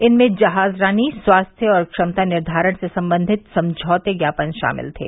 इनमें जहाजरानी स्वास्थ्य और क्षमता निर्माण से संबंधित समझौते ज्ञापन शामिल थे